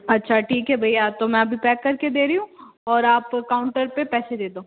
अच्छा ठीक है भैया तो मैं अभी पैक करके दे रही हूँ और आप काउंटर पे पैसे दे दो